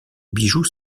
bijoux